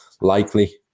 likely